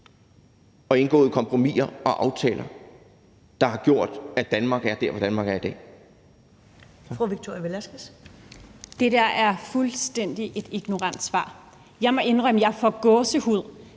og indgået kompromiser og aftaler, og som har gjort, at Danmark er der, hvor Danmark er i dag.